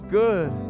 good